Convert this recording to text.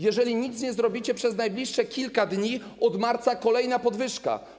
Jeżeli nic nie zrobicie przez najbliższe kilka dni, od marca będzie kolejna podwyżka.